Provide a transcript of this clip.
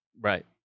Right